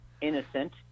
innocent